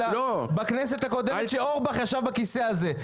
בכנסת הקודמת הבאתם חבילה כשאורבך ישב בכיסא הזה.